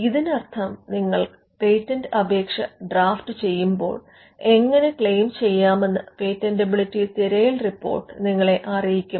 ഇതിനർത്ഥം നിങ്ങൾ പേറ്റന്റ് അപേക്ഷ ഡ്രാഫ്റ്റു ചെയ്യുമ്പോൾ എങ്ങനെ ക്ലെയിം ചെയ്യാമെന്ന് പേറ്റന്റബിലിറ്റി തിരയൽ റിപ്പോർട്ട് നിങ്ങളെ അറിയിക്കും